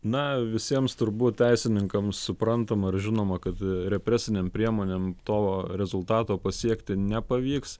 na visiems turbūt teisininkams suprantama ir žinoma kad represinėm priemonėm to rezultato pasiekti nepavyks